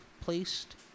placed